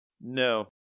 No